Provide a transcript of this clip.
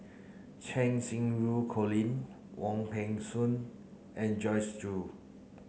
Cheng Xinru Colin Wong Peng Soon and Joyce Jue